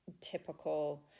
typical